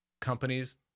companies